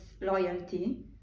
loyalty